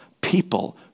people